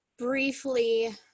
briefly